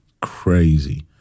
crazy